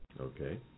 Okay